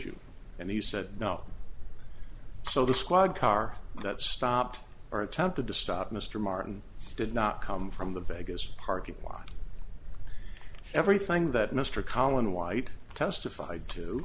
you and he said no so the squad car that stopped or attempted to stop mr martin did not come from the vegas parking lot everything that mr collin white testified to